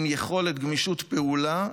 עם יכולת גמישות פעולה,